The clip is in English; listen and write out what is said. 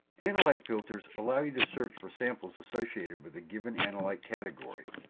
analyte filters allows you to search for samples associated with a given analyte category.